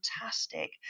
fantastic